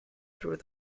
through